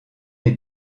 est